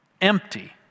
Empty